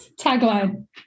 tagline